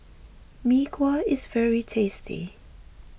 Mee Kuah is very tasty